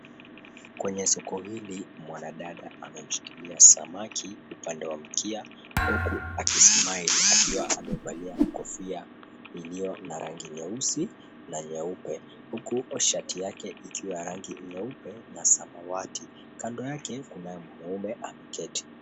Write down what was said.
Kwenye soko hili, mwanadada amemshikilia samaki upande wa mkia, huku akismile akiwa amevalia kofia iliyo na rangi nyeusi na nyeupe. Huku shati yake ikiwa rangi nyeupe na samawati. Kando yake kunaye mwanaume ameketi.